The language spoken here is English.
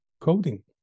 coding